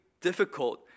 difficult